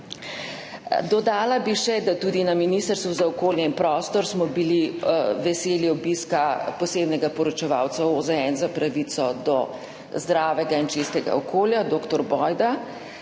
Dodala bi še, da smo bili tudi na Ministrstvu za okolje in prostor veseli obiska posebnega poročevalca OZN za pravico do zdravega in čistega okolja dr. Boyda,